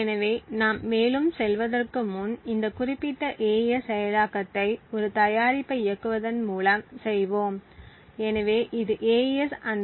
எனவே நாம் மேலும் செல்வதற்கு முன் இந்த குறிப்பிட்ட AES செயலாக்கத்தை ஒரு தயாரிப்பை இயக்குவதன் மூலம் செய்வோம் எனவே இது AES 1024